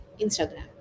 Instagram